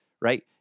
right